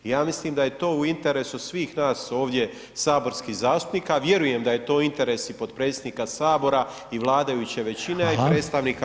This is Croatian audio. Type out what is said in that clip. I ja mislim da je to u interesu svih nas ovdje saborskih zastupnika a vjerujem da je to interes i potpredsjednika Sabora i vladajuće veličine a i predstavnika Vlade.